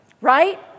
Right